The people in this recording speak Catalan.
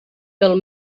pel